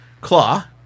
Claw